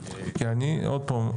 שוב,